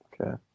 Okay